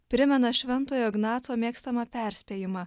primena šventojo ignaco mėgstamą perspėjimą